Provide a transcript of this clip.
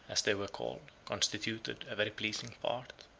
as they were called, constituted a very pleasing part.